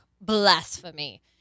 blasphemy